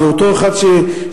ואותו אחד שנתפס,